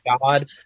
God